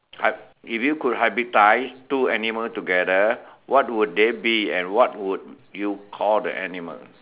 hy~ if you could hybridise two animal together what would they be and what would you call the animal